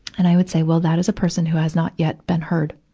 and i would say, well, that is a person who has not yet been heard.